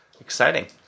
Exciting